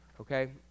Okay